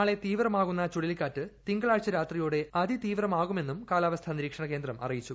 നാളെ തീവ്രമാകുന്ന ചുഴലിക്കാറ്റ് തിങ്കളാഴ്ച രാത്രിയോടെ അതിതീവ്രമാകുമെന്നും കാലാവസ്ഥനിരീക്ഷണ കേന്ദ്രം അറിയിച്ചു